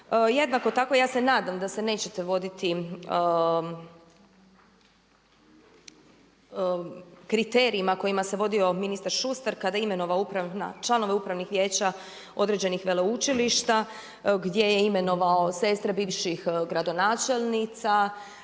Jednako tako ja se nadam da se nećete voditi kriterijima kojima se vodio ministar Šustar kada je imenovao članove upravnih vijeća određenih veleučilišta gdje je imenovao sestre bivših gradonačelnica,